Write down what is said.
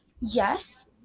Yes